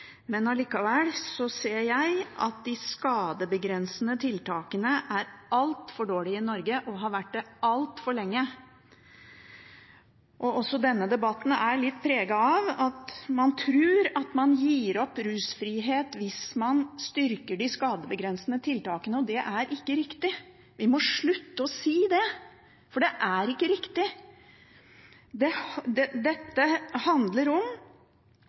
men allikevel ser jeg at de skadebegrensende tiltakene er altfor dårlige i Norge, og de har vært det altfor lenge. Også denne debatten er litt preget av at man tror at man gir opp rusfrihet hvis man styrker de skadebegrensende tiltakene, og det er ikke riktig. Vi må slutte å si det, for det er ikke riktig. Dette handler om